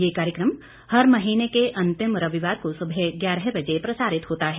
यह कार्यक्रम हर महीने के अन्तिम रविवार को सुबह ग्यारह बजे प्रसारित होता है